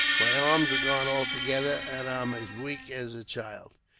my arms are gone altogether, and i'm as weak as a child.